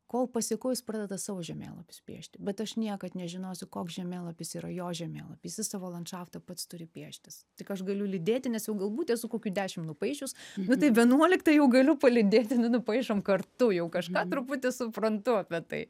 ko pasekoj jis pradeda savo žemėlapius piešti bet aš niekad nežinosiu koks žemėlapis yra jo žemėlapy jisai savo landšaftą pats turi pieštis tik aš galiu lydėti nes jau galbūt esu kokių dešim nupaišius nu tai vienuoliktą jau galiu palydėt nupaišom kartu jau kažką truputį suprantu apie tai